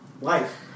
Life